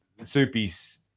soupy's